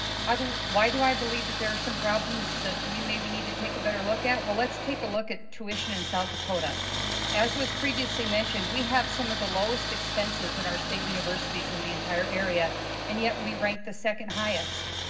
how do why do i believe that there are some problems that we maybe need to take a better look at well let's take a look at tuition in south dakota as was previously mentioned we have some of the lowest expenses in our state universities in the entire area and yet we rank the second-highest